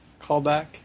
Callback